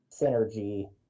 synergy